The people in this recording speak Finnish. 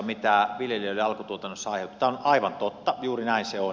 tämä on aivan totta juuri näin se on